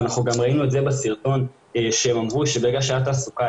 ראינו את זה גם בסרטון שברגע שהייתה תעסוקה,